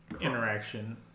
interaction